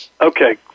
Okay